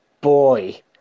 boy